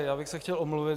Já bych se chtěl omluvit.